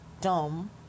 dumb